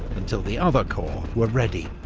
until the other korps were ready.